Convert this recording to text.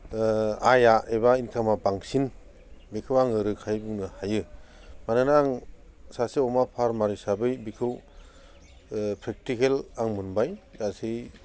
आयआ एबा इनकामा बांसिन बेखौ आङो रोखायै बुंनो हायो मानोना आं सासे अमा फार्मार हिसाबै बिखौ प्रेक्टिकेल आं मोनबाय गासै